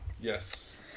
yes